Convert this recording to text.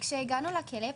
כשהגענו לכלא,